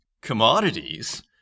Commodities